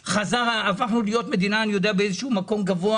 הפכנו להיות מדינה באיזשהו מקום גבוה